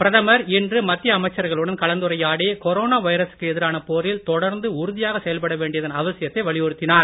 பிரதமர் இன்று மத்திய அமைச்சர்களுடன் கலந்துரையாடி கொரோனா வைரசுக்கு எதிரான போரில் தொடர்ந்து உறுதியாக செயல்பட வேண்டியதன் அவசியத்தை வலியுறுத்தினார்